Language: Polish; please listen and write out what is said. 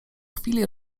chwili